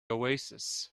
oasis